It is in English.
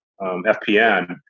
FPN